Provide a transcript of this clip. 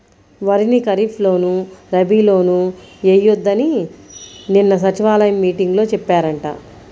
వరిని ఖరీప్ లోను, రబీ లోనూ ఎయ్యొద్దని నిన్న సచివాలయం మీటింగులో చెప్పారంట